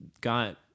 got